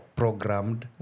programmed